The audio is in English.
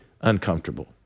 uncomfortable